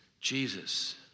Jesus